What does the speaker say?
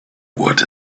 what